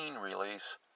release